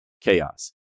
chaos